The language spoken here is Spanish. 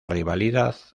rivalidad